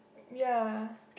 ya